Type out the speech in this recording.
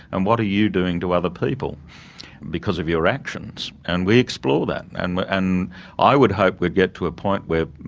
and what are you doing to other people because of your actions? and we explore that and and i would hope we'd get to a point where,